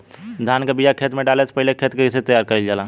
धान के बिया खेत में डाले से पहले खेत के कइसे तैयार कइल जाला?